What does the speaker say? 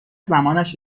زمانش